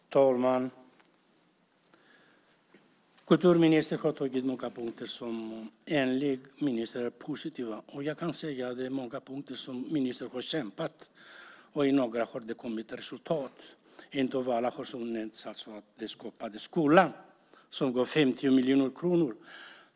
Fru talman! Kulturministern har tagit upp några punkter som enligt ministern är positiva. Det finns många punkter där ministern har kämpat, och det har kommit resultat på några av dem. En som har nämnts är Skapande skola som får 50 miljoner kronor.